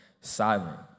silent